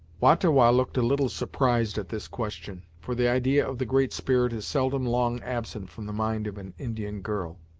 wah-ta-wah looked a little surprised at this question, for the idea of the great spirit is seldom long absent from the mind of an indian girl.